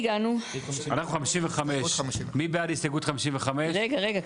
אנחנו בסעיף 55. חבר הכנסת משה רוט,